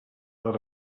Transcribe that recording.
les